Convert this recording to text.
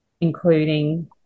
including